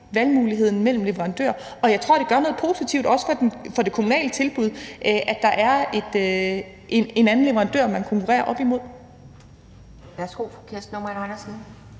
valgmuligheden mellem leverandører. Og jeg tror, det gør noget positivt, også for det kommunale tilbud, at der er en anden leverandør, man konkurrerer imod. Kl. 11:19 Anden